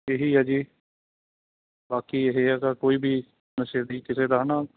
ਇਹੀ ਹੈ ਜੀ ਬਾਕੀ ਇਹ ਆ ਸਰ ਕੋਈ ਵੀ ਨਸ਼ੇ ਦੀ ਕਿਸੇ ਦਾ ਹੈ ਨਾ